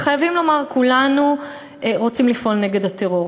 וחייבים לומר, כולנו רוצים לפעול נגד הטרור.